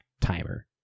timer